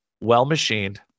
well-machined